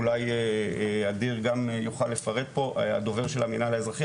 אולי אדיר גם יוכל לפרט פה הדובר של המינהל האזרחי,